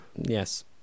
Yes